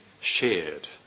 shared